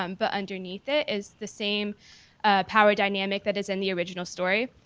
um but underneath it is the same power dynamic that is in the original story.